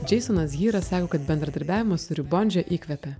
džeisonas hyras sako kad bendradarbiavimas su ribondže įkvepia